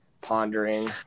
pondering